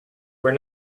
were